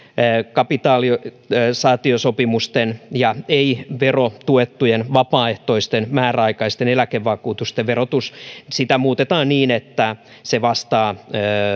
kapitalisaatiosopimusten ja ei verotuettujen vapaaehtoisten määräaikaisten eläkevakuutusten verotus sitä muutetaan niin että se vastaa